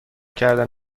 کردن